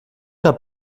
hat